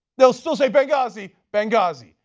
they will still say benghazi, benghazi.